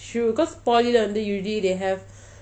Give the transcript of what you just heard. true cause poly லே வந்து:lei vanthu usually they have